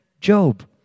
Job